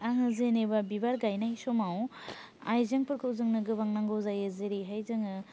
आङो जेनेबा बिबार गायनाय समाव आइजेंफोरखौ जोंनो गोबां नांगौ जायो जेरैहाय जोङो